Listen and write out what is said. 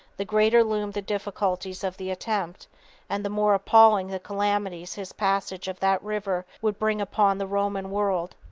the greater loomed the difficulties of the attempt and the more appalling the calamities his passage of that river would bring upon the roman world.